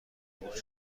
خوب